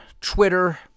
Twitter